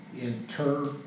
inter